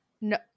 No